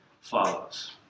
follows